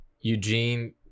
Eugene